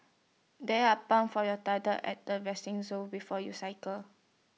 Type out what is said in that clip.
there are pumps for your tyres at the resting zone before you cycle